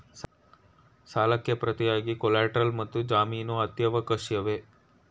ಸಾಲಕ್ಕೆ ಪ್ರತಿಯಾಗಿ ಕೊಲ್ಯಾಟರಲ್ ಮತ್ತು ಜಾಮೀನು ಅತ್ಯವಶ್ಯಕವೇ?